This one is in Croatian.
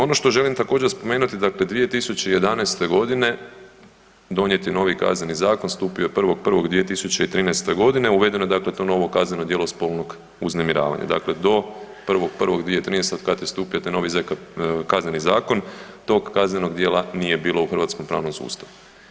Ono što želim također spomenuti dakle 2011.g. donijet je novi Kazneni zakon, stupio je 1.1.2013.g., uvedeno je to novo kazneno djelo spolnog uznemiravanja, dakle do 1.1.2013. od kada je stupio taj novi Kazneni zakon tog kaznenog djela nije bilo u hrvatskom pravnom sustavu.